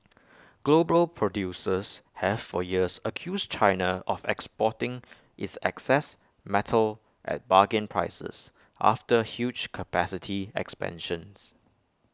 global producers have for years accused China of exporting its excess metal at bargain prices after huge capacity expansions